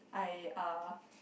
I uh